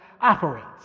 operates